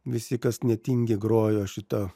visi kas netingi grojo šitą